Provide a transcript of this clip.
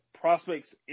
prospects